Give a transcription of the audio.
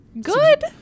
Good